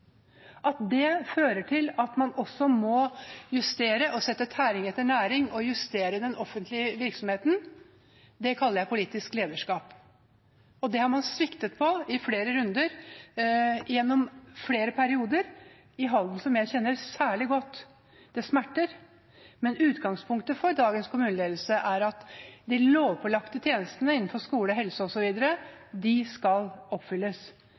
At det fører til at man må sette tæring etter næring og justere den offentlige virksomheten, kaller jeg politisk lederskap. Det har man sviktet på i flere runder gjennom flere perioder i Halden, som jeg kjenner særlig godt. Det smerter. Utgangspunktet for dagens kommuneledelse er at de lovpålagte tjenestene innenfor skole, helse osv. skal oppfylles,